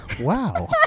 Wow